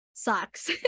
Sucks